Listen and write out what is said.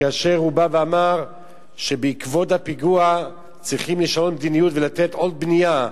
כאשר הוא בא ואמר שבעקבות הפיגוע צריך לשנות מדיניות ולתת עוד בנייה,